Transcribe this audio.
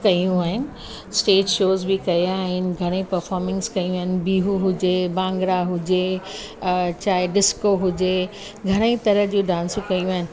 कयूं आहिनि stage shows बि कया आहिनि घणेई पर्फॉमेंस कयूं आहिनि बिहू हुजे भांगड़ा हुजे चाहे डिस्को हुजे घणेई तरह जूं डांसूं कयूं आहिनि